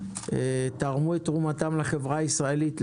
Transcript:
תרמו תרומתם לחברה הישראלית,